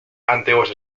antiguos